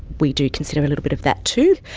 we do consider a little bit of that too,